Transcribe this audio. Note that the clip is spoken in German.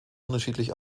unterschiedlich